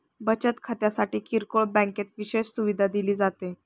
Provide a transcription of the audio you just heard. बचत खात्यासाठी किरकोळ बँकेत विशेष सुविधा दिली जाते